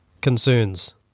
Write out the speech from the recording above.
concerns